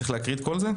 צריך להקריא את כל זה?